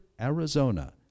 Arizona